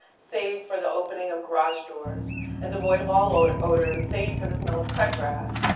save for the opening of garage doors and devoid of all odors odors save for the smell of cut grass,